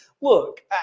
look